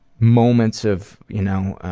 moments of you know,